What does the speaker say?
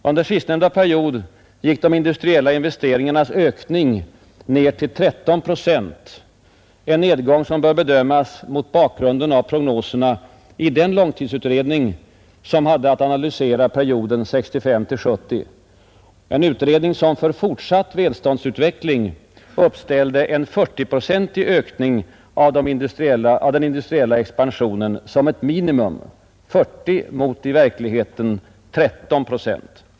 Under sistnämnda period gick de industriella investeringarnas ökning ner till 13 procent, en nedgång som bör bedömas mot bakgrund av prognoserna i den långtidsutredning som hade att analysera perioden 1965—1970, en utredning som för fortsatt välståndsutveckling uppställde en 40-procentig ökning av den industriella expansionen som ett minimum — 40 mot i verkligheten 13 procent.